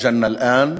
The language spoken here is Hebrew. "אל-ג'ן אל-אם",